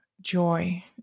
joy